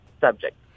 subject